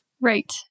Right